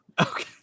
Okay